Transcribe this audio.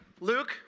Luke